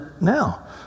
now